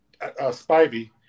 Spivey